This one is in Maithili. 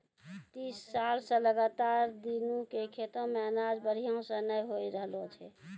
तीस साल स लगातार दीनू के खेतो मॅ अनाज बढ़िया स नय होय रहॅलो छै